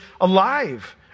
alive